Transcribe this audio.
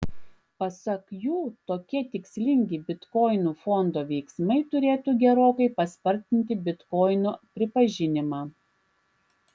pasak jų tokie tikslingi bitkoinų fondo veiksmai turėtų gerokai paspartinti bitkoinų pripažinimą